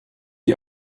die